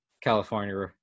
California